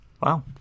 wow